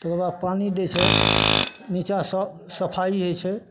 तब ओकरा पानि दै छै निचासँ सफाइ होइत छै